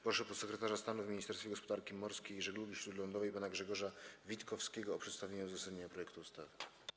Proszę podsekretarza stanu w Ministerstwie Gospodarki Morskiej i Żeglugi Śródlądowej pana Grzegorza Witkowskiego o przedstawienie uzasadnienia projektu ustawy.